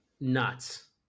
nuts